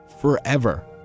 forever